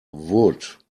wood